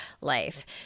life